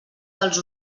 dels